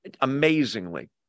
amazingly